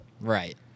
Right